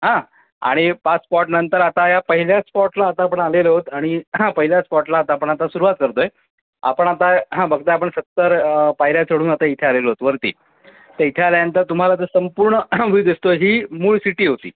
हां आणि पाच स्पॉटनंतर आता या पहिल्या स्पॉटला आता आपण आलेलो आहोत आणि हां पहिल्या स्पॉटला आता आपण आता सुरुवात करतो आहे आपण आता हां बघत आहे आपण सत्तर पायऱ्या चढून आता इथे आलेलो आहोत वरती तर इथे आल्यानंतर तुम्हाला जो संपूर्ण व्ह्यू दिसतो आहे ही मूळ सिटी होती